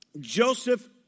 Joseph